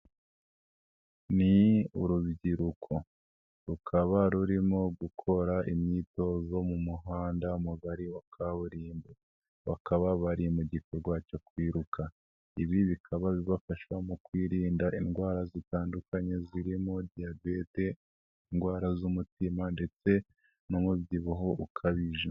Ni urubyiruko, rukaba rurimo gukora imyitozo mu muhanda mugari wa kaburimbo, bakaba bari mu gikorwa cyo kwiruka. Ibi bikaba bibafasha mu kwirinda indwara zitandukanye, zirimo: diyabete, indwara z'umutima ndetse n'umubyibuho ukabije.